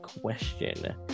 question